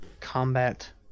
combat